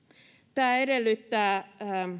tämä edellyttää